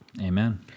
Amen